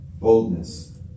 boldness